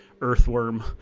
earthworm